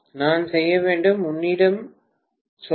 நான் செய்ய வேண்டும் உன்னிடம் சொல்ல